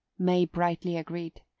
may brightly agreed,